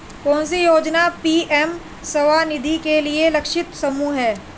कौन सी योजना पी.एम स्वानिधि के लिए लक्षित समूह है?